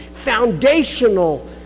foundational